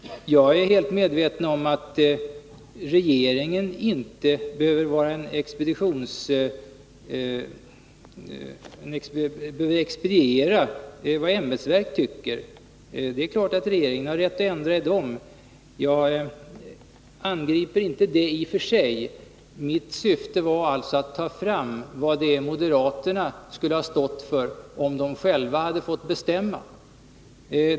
Jag är helt medveten om att regeringen inte behöver expediera ett ämbetsverks beslut — det är klart att regeringen har rätt att ändra i dessa, och jag angriper inte detta i och för sig. Mitt syfte var alltså att ta fram vad moderaterna skulle ha stått för, om de själva hade fått bestämma.